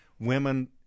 Women